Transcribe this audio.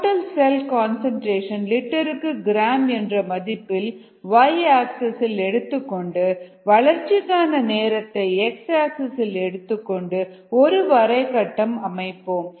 total cell concentration லிட்டருக்கு gram என்ற மதிப்பில் y ஆக்சிஸ் இல் எடுத்துக்கொண்டு வளர்ச்சிக்கான நேரத்தை எக்ஸாக்சிஸ் இல் எடுத்துக்கொண்டு ஒரு வரைகட்டம் அமைப்போம்